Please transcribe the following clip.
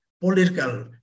political